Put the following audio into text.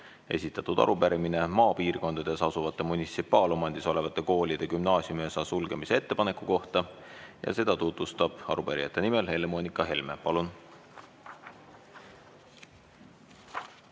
esitatud arupärimine maapiirkondades asuvate munitsipaalomandis olevate koolide gümnaasiumiosa sulgemise ettepaneku kohta. Seda tutvustab arupärijate nimel Helle‑Moonika Helme. Palun!